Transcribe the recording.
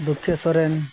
ᱫᱩᱠᱷᱤᱭᱟᱹ Soren